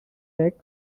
takes